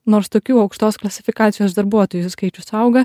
nors tokių aukštos klasifikacijos darbuotojų skaičius auga